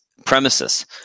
premises